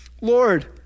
Lord